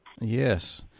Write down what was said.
yes